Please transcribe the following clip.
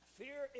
fear